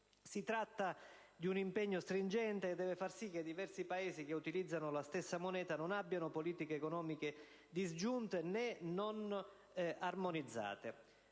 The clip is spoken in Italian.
Si tratta di un impegno stringente, che deve far sì che i diversi Paesi che utilizzano la stessa moneta non abbiano politiche economiche disgiunte e non armonizzate.